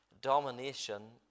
domination